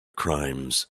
crimes